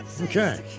Okay